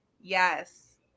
yes